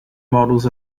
models